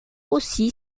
aussi